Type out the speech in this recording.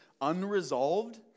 unresolved